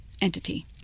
entity